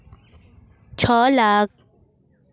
ᱪᱷᱚ ᱞᱟᱠᱷ